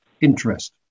interest